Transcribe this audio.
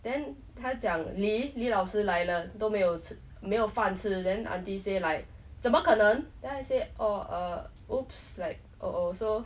then 他讲李李老师来了都没有没有饭吃 then auntie say like 怎么可能 then I say or err !oops! like oh !ow! so